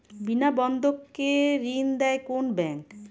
বিনা বন্ধক কে ঋণ দেয় কোন ব্যাংক?